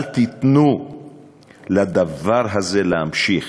אל תיתנו לדבר הזה להמשיך.